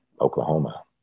Oklahoma